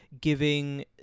giving